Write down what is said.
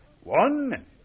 One